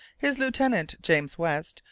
his lieutenant, james west,